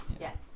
Yes